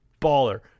baller